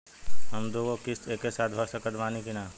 हम दु गो किश्त एके साथ भर सकत बानी की ना?